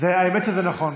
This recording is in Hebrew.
האמת היא שזה נכון.